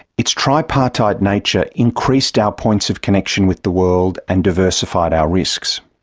its tripartite nature increased our points of connection with the world and diversified our risks.